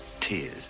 tears